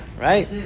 right